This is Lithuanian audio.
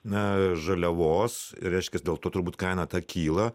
na žaliavos reiškias dėl to turbūt kaina ta kyla